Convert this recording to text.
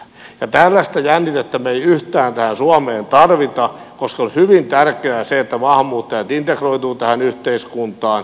tällaista jännitettä me emme yhtään tähän suomeen tarvitse koska on hyvin tärkeää se että maahanmuuttajat integroituvat tähän yhteiskuntaan